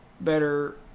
better